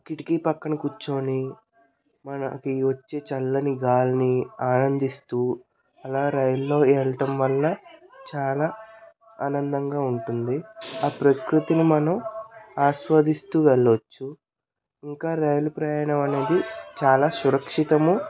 కిటికీ పక్కన కూర్చొని మనకి వచ్చే చల్లని గాలిని ఆనందిస్తూ అలా రైల్లో వెళ్ళటం వల్ల చాలా ఆనందంగా ఉంటుంది ఆ ప్రకృతిని మనం ఆస్వాదిస్తూ వెళ్ళొచ్చు ఇంకా రైలు ప్రయాణం అనేది చాలా సురక్షితము